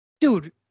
Dude